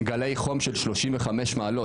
גלי חום של 35 מעלות,